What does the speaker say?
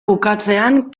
bukatzean